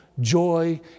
joy